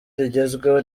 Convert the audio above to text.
rigezweho